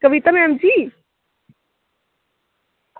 कविता ma'am जी